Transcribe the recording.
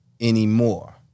anymore